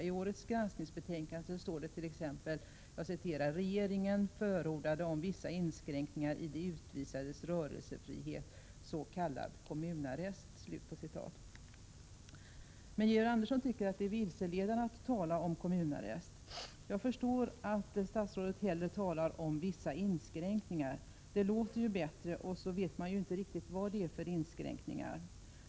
I årets granskningsbetänkande står t.ex. följande: Regeringen förordnade om vissa inskränkningar i de utvisades rörelsefrihet, s.k. kommunarrest. Georg Andersson tycker det är vilseledande att tala om kommunarrest. Jag förstår att statsrådet hellre talar om vissa inskränkningar. Det låter bättre, och så vet man inte riktigt vad det är för inskränkningar.